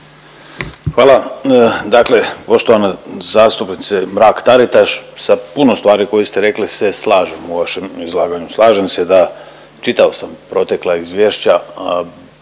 Hvala. Dakle, poštovana zastupnice Mrak Taritaš sa puno stvari koje ste rekli se slažem u vašem izlaganju. Slažem se da čitao sam protekla izvješća